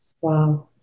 wow